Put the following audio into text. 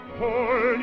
hold